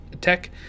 tech